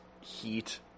heat